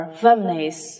families